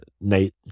Nate